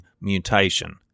mutation